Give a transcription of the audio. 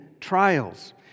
trials